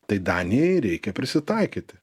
tai danijai reikia prisitaikyti